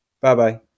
bye-bye